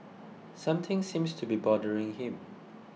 something seems to be bothering him